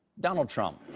donald trump.